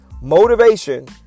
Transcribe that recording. Motivation